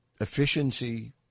efficiency